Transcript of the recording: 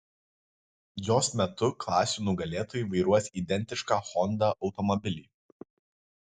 jos metu klasių nugalėtojai vairuos identišką honda automobilį